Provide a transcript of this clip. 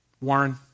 Warren